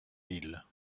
villes